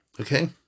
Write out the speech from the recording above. Okay